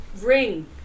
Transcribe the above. ring